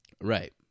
Right